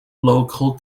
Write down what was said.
local